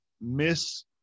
miss